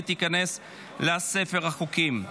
ותיכנס לספר החוקים.